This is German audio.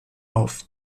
auf